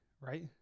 right